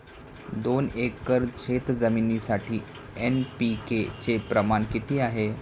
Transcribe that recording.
दोन एकर शेतजमिनीसाठी एन.पी.के चे प्रमाण किती आहे?